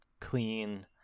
clean